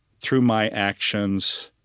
through my actions,